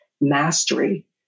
mastery